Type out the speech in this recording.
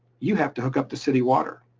you have to hook up the city water.